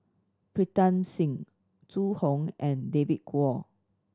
Pritam Singh Zhu Hong and David Kwo